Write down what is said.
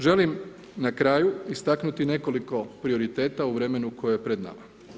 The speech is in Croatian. Želim na kraju istaknuti nekoliko prioriteta u vremenu koje je pred nama.